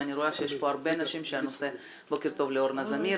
אני רואה שיש פה הרבה אנשים שהנושא בוקר טוב לארנה זמיר,